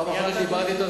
הפעם האחרונה שדיברתי אתו,